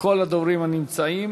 כשכל הדוברים נמצאים,